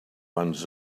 ones